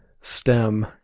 stem